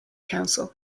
council